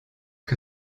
que